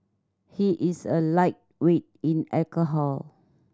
he is a lightweight in alcohol